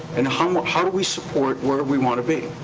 and how how do we support where we wanna be?